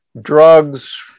drugs